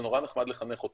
זה נורא נחמד לחנך אותו,